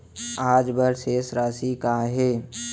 आज बर शेष राशि का हे?